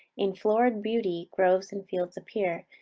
in florid beauty groves and fields appear,